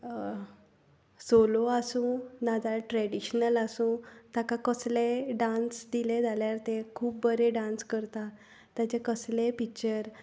solo आसूं नाजाल्या traditional आसूं ताका कसलेय डांस दिले जाल्यार तें खूब बरें डांस करता ताजें कसलेंय पिच्चर